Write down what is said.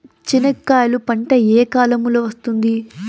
చెనక్కాయలు పంట ఏ కాలము లో వస్తుంది